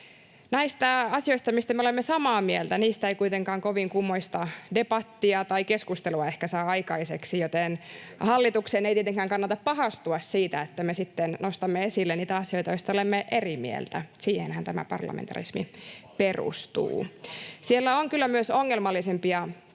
Näistä asioista, mistä me olemme samaa mieltä, ei kuitenkaan kovin kummoista debattia tai keskustelua ehkä saa aikaiseksi, [Sheikki Laakso: Eikö?] joten hallituksen ei tietenkään kannata pahastua siitä, että me sitten nostamme esille niitä asioita, joista olemme eri mieltä — siihenhän tämä parlamentarismi perustuu. [Sheikki Laakso: Ei niitä